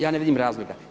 Ja ne vidim razloga.